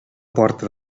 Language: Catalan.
porta